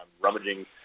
rummaging